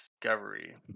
discovery